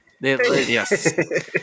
yes